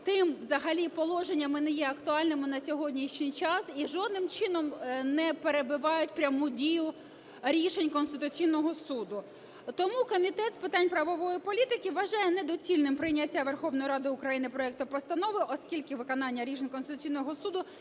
тим взагалі положенням і не є актуальними на сьогоднішній час, і жодним чином не перебивають пряму дію рішень Конституційного Суду. Тому Комітет з питань правової політики вважає недоцільним прийняття Верховною Радою України проекту Постанови, оскільки виконання рішень Конституційного Суду